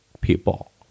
people